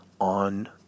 on